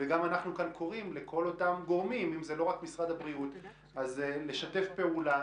ואנחנו קוראים גם מכאן לכל אותם גורמים לשתף פעולה